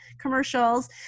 commercials